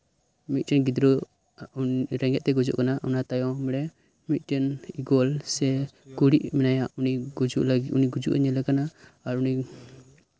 ᱢᱤᱫ ᱴᱮᱱ ᱜᱤᱫᱽᱨᱟᱹ ᱩᱱ ᱨᱮᱸᱜᱮᱡ ᱛᱮ ᱜᱩᱡᱩᱜ ᱠᱟᱱᱟ ᱚᱱᱟ ᱛᱟᱭᱚᱢᱨᱮ ᱢᱤᱫ ᱴᱮᱱ ᱤᱜᱚᱞ ᱥᱮ ᱠᱩᱲᱤᱫ ᱢᱮᱱᱟᱭᱟ ᱩᱱᱤ ᱜᱩᱡᱩᱜ ᱞᱟᱹᱜᱤᱫ ᱩᱱᱤ ᱜᱩᱡᱩᱜ ᱮ ᱧᱮᱞᱮ ᱠᱟᱱᱟ ᱟᱨ ᱩᱱᱤ